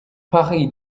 paris